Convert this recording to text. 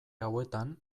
hauetan